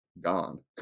gone